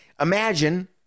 Imagine